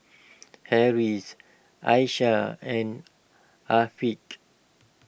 Harris Aisyah and Afiq